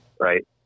Right